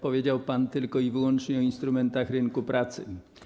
Powiedział pan tylko i wyłącznie o instrumentach rynku pracy.